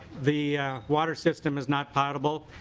the water system is not portable.